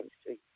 Street